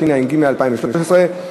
התשע"ג 2013,